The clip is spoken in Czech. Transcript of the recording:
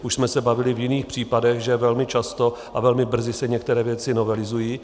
Už jsme se bavili v jiných případech, že velmi často a velmi brzy se některé věci novelizují.